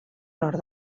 nord